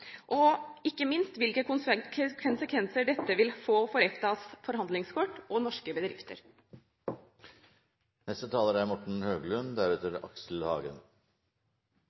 og ikke minst hvilke konsekvenser dette vil få for EFTAs forhandlingskort og for norske bedrifter. Fremskrittspartiet er